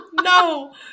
No